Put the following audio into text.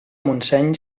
montseny